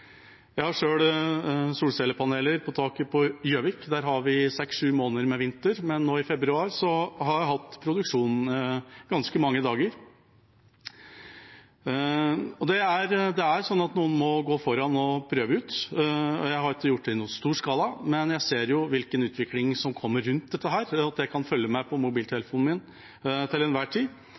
Jeg har selv solcellepaneler på taket mitt på Gjøvik. Der har vi seks–sju måneder med vinter, men nå i februar har jeg hatt produksjon ganske mange dager. Det er sånn at noen må gå foran og prøve ut. Jeg har ikke gjort dette i noen stor skala, men jeg ser hvilken utvikling som kommer. Jeg kan følge med på mobiltelefonen min til enhver tid.